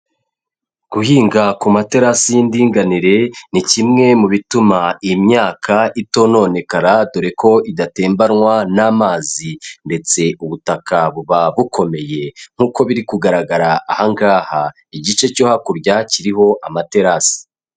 Guhinga ku materasi y'indinganire ni kimwe mu bituma imyaka itononekara dore ko idatembanwa n'amazi ndetse ubutaka buba bukomeye, nk'uko biri kugaragara aha ngaha igice cyo hakurya kiriho amaterasi.